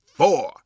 four